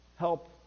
help